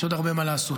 יש עוד הרבה מה לעשות.